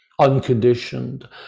unconditioned